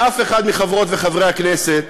לאף אחד מחברות וחברי הכנסת